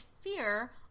fear